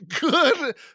good